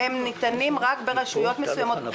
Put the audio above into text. ניתנים רק ברשויות מקומיות מסוימות.